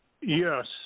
yes